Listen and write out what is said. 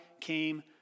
came